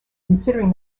considering